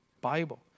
Bible